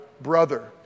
brother